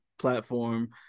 platform